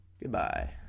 Goodbye